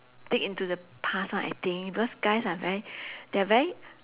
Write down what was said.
dig into the past lah I think because guys are very they're very